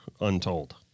untold